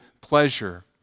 pleasure